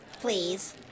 please